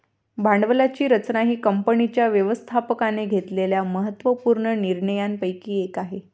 भांडवलाची रचना ही कंपनीच्या व्यवस्थापकाने घेतलेल्या महत्त्व पूर्ण निर्णयांपैकी एक आहे